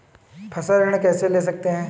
फसल ऋण कैसे ले सकते हैं?